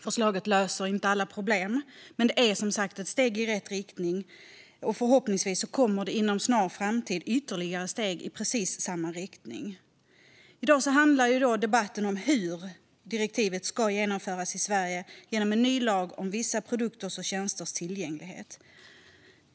Förslaget löser inte alla problem, men det är som sagt ett steg i rätt riktning. Förhoppningsvis kommer det inom en snar framtid ytterligare steg i precis samma riktning. I dag handlar debatten om hur direktivet ska genomföras i Sverige genom en ny lag om vissa produkters och tjänsters tillgänglighet.